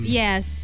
yes